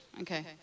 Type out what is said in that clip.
okay